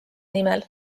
nimel